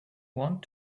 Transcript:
want